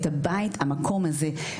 את המקום הזה.